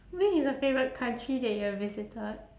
which is the favourite country that you have visited